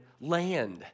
land